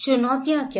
चुनौतियां क्या हैं